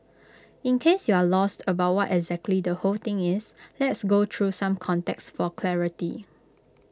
in case you're lost about what exactly the whole thing is let's go through some context for clarity